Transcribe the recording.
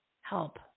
help